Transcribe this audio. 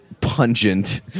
pungent